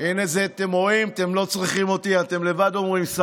אינה נוכחת, חבר הכנסת ואליד אלהואשלה, אינו נוכח.